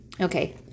Okay